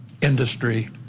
industry